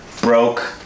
broke